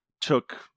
took